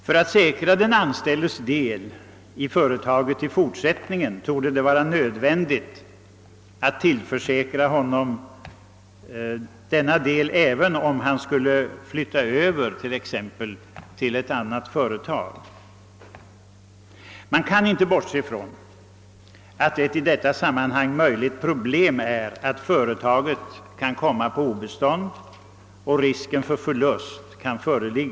För att säkra den anställdes del i företaget i fortsättningen torde det vara nödvändigt att tillförsäkra honom denna del även om han skulle flytta över t.ex. till ett annat företag. Man kan inte bortse ifrån att ett i detta sammanhang särskilt problem är att företaget kan komma på obestånd med därav följande risk för förlust för de anställda.